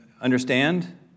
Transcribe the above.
understand